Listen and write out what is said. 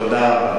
תודה.